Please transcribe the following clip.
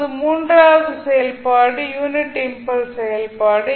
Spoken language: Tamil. இப்போது மூன்றாவது செயல்பாடு யூனிட் இம்பல்ஸ் செயல்பாடு